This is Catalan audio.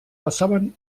passaven